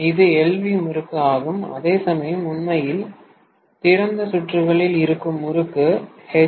இது எல்வி முறுக்கு ஆகும் அதேசமயம் உண்மையில் திறந்த சுற்றுகளில் இருக்கும் முறுக்கு எச்